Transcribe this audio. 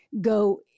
go